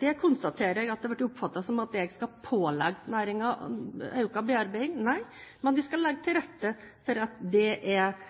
Jeg konstaterer at det har blitt oppfattet som at jeg skal pålegge næringen økt bearbeiding. Nei, men vi skal legge til rette for at